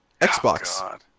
Xbox